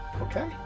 Okay